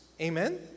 Amen